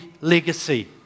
legacy